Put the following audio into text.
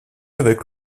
avec